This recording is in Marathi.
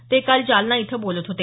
ते काल जालना इथं बोलत होते